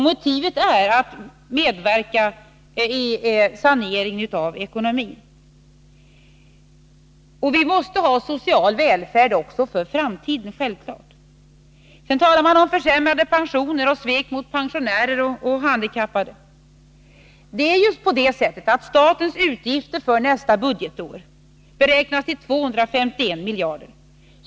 Motivet är att medverka i saneringen av ekonomin. Vi måste ha social välfärd också för framtiden — det är självklart. Man talar om försämrade pensioner, svek mot pensionärer och handikappade. Men det är på det sättet att statens utgifter för nästa budgetår beräknas till 251 miljarder kronor.